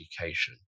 Education